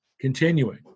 Continuing